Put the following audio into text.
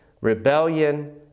rebellion